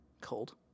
cold